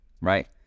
right